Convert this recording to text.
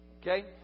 Okay